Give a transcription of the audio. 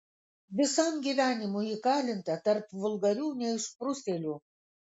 visam gyvenimui įkalinta tarp vulgarių neišprusėlių